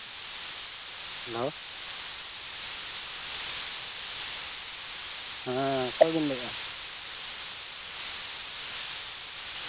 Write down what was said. hello ᱦᱮᱸ ᱚᱠᱚᱭᱵᱤᱱ ᱞᱟᱹᱭ ᱮᱫᱼᱟ